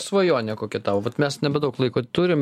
svajonė kokia tavo vat mes nebedaug laiko turim